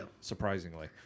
surprisingly